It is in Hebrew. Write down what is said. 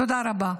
תודה רבה.